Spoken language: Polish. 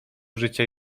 życia